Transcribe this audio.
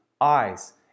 eyes